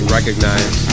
Recognize